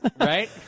Right